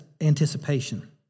anticipation